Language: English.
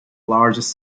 largest